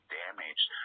damaged